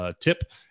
tip